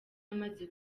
amaze